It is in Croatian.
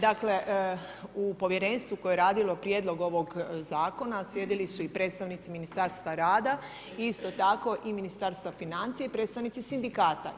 Dakle u povjerenstvu koje je radilo prijedlog ovog zakona sjedili su i predstavnici Ministarstva rada i isto tako i Ministarstva financija i predstavnici sindikata.